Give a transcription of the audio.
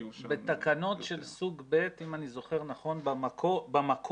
בתקנות של סוג ב', אם אני זוכר נכון, במקור,